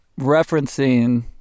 referencing